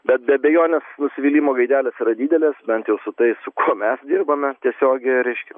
bet be abejonės nusivylimo gaidelės yra didelės bent jau su tais su kuo mes dirbame tiesiogiai reiškia